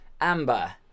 Amber